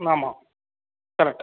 ஆமாம் கரெக்ட்